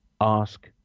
ask